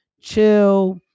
chill